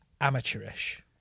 amateurish